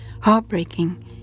Heartbreaking